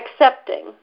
accepting